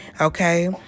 okay